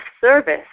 service